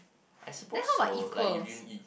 I suppose so like if you you